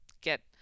get